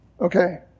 Okay